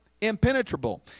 impenetrable